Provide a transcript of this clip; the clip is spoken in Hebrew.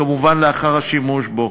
כמובן לאחר השימוש בו,